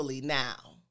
now